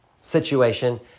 situation